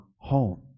home